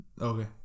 Okay